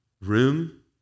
room